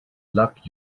luck